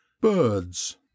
Birds